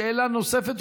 שאלה נוספת,